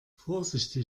vorsichtig